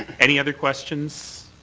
any other questions.